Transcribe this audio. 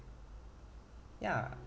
ya